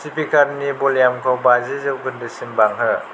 स्पिकारनि भलिउमखौ बाजि जौखोन्दोसिम बांहो